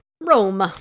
Rome